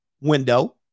window